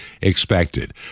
expected